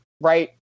right